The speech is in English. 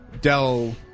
Dell